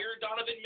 Donovan